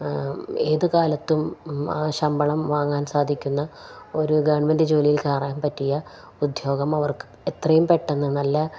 ഏതു കാലത്തും ആ ശമ്പളം വാങ്ങാൻ സാധിക്കുന്ന ഒരു ഗവൺമെന്റ് ജോലയിൽക്കയറാൻ പറ്റിയ ഉദ്യോഗം അവർക്ക് എത്രയും പെട്ടെന്നു നല്ല